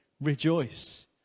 rejoice